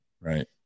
Right